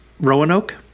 Roanoke